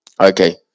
Okay